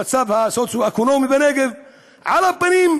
המצב הסוציו-אקונומי בנגב על הפנים,